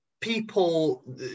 people